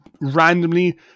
randomly